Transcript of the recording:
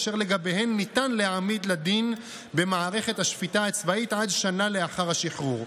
אשר לגביהן ניתן להעמיד לדין במערכת השפיטה הצבאית עד שנה לאחר השחרור.